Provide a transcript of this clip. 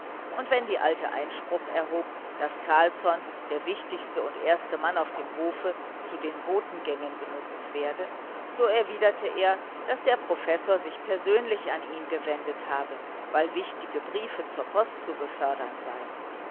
und wenn die alte einspruch erhob daß carlsson der wichtigste und erste mann auf dem hofe zu den botengängen benutzt werde so erwiderte er daß der professor sich persönlich an ihn gewendet habe weil wichtige briefe zur post zu befördern seien